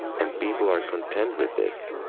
and people are content with this.